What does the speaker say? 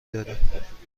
داریم